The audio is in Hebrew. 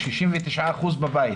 69% בבית.